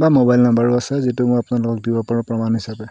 বা মোবাইল নাম্বাৰো আছে যিটো মই আপোনালোকক দিব পাৰোঁ প্ৰমাণ হিচাপে